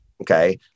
Okay